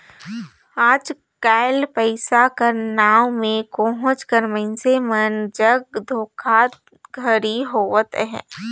आएज काएल पइसा कर नांव में कहोंच कर मइनसे मन जग धोखाघड़ी होवत अहे